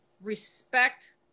respect